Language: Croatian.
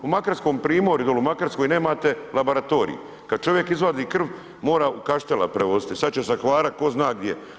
U Makarskom primorju dolje u Makarskoj nemate laboratorij, kada čovjek izvadi krv mora u Kaštela prevoziti, sada će sa Hvara tko zna gdje.